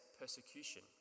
persecution